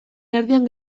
erdian